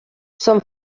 són